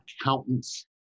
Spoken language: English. accountants